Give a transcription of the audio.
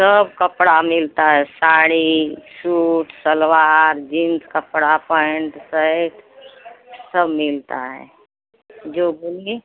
सब कपड़ा मिलता है साड़ी सूट सलवार जीन्स कपड़ा पैंट शर्ट सब मिलता है जो बोलिए